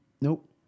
Nope